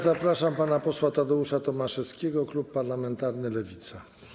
Zapraszam pana posła Tadeusza Tomaszewskiego, klub parlamentarny Lewica.